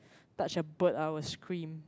touch a bird I will scream